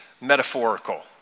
metaphorical